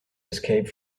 escape